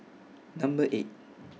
Number eight